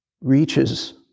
reaches